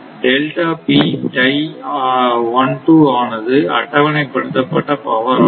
delta P டை 12 ஆனது அட்டவணைப்படுத்தப்பட்ட பவர் ஆகும்